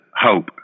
hope